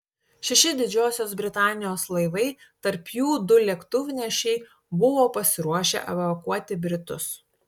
šeši didžiosios britanijos laivai tarp jų du lėktuvnešiai buvo pasiruošę evakuoti britus